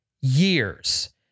years